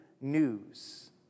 news